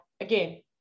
again